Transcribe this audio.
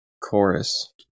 chorus